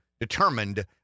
determined